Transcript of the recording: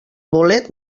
bolet